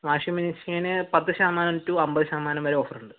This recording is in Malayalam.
വാഷിംഗ് മെഷീന് പത്ത് ശതമാനം ടു അമ്പത് ശതമാനം വരെ ഓഫറുണ്ട്